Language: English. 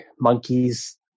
monkeys